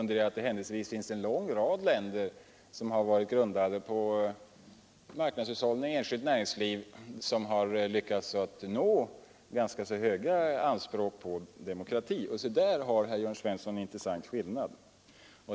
Däremot finns det en lång rad länder som varit grundade på marknadshushållning och enskilt näringsliv och som lyckats nå ganska höga anspråk på demokrati. Där har herr Jörn Svensson en intressant skillnad.